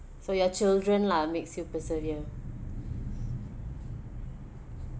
so your children lah makes you persevere